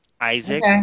Isaac